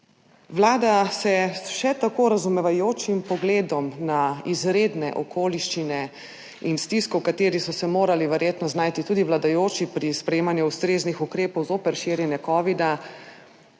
Vlada pa se s še tako razumevajočim pogledom na izredne okoliščine in stisko, v kateri so se morali verjetno znajti tudi vladajoči pri sprejemanju ustreznih ukrepov zoper širjenje covida,